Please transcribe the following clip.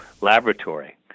laboratory